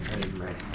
Amen